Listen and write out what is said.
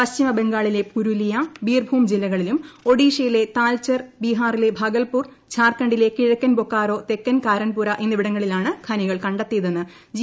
പശ്ചിമ ബംഗാളിലെ പുരുലിയ ബീർഭും ജില്ലകളിലും ഒഡീഷയിലെ താൽച്ചർ ബീഹാറിലെ ഭാഗൽപൂർ ഝാർഖണ്ഡിലെ കിഴക്കൻ ബോക്കാറോ തെക്കൻ കാരൻപുര എന്നിവിടങ്ങളിലാണ് ഖനികൾ കണ്ടെത്തിയതെന്ന് ജി